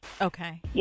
Okay